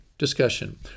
Discussion